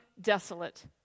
desolate